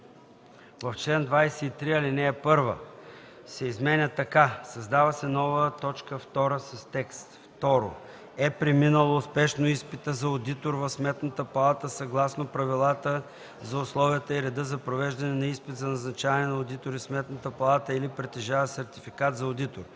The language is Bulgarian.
„В чл. 23 ал. 1 се изменя така: 1. Създава се нова т. 2 с текст: „2. е преминало успешно изпита за одитор в Сметната палата съгласно правилата за условията и реда за провеждане на изпит за назначаване на одитори в Сметната палата или притежава сертификат за одитор;”.